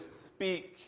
speak